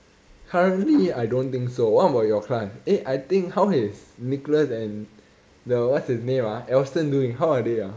currently I don't think so what about your class eh I think how is nicholas and the what's his name ah elston doing how are they ah